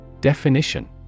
Definition